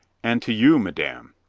and to you, madame.